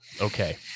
Okay